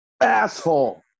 asshole